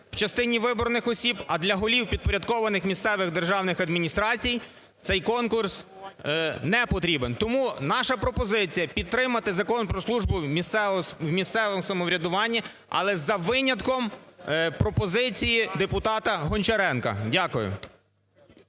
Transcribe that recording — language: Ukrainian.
в частині виборних осіб, а для голів підпорядкованих місцевих державних адміністрацій цей конкурс не потрібен. Тому наша пропозиція підтримати Закон про службу в органах місцевого самоврядування, але за винятком пропозиції депутата Гончаренка. Дякую.